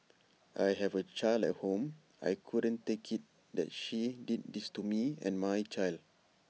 I have A child at home I couldn't take IT that she did this to me and my child